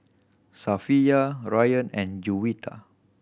Safiya Ryan and Juwita